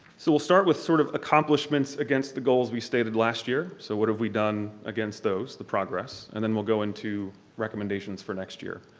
so we'll start with sort of accomplishments against the goals we stated last year so what have we done against those, the progress and then we'll go into recommendations for next year.